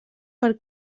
per